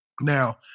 Now